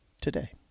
today